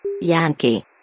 Yankee